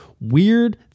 weird